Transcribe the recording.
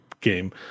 game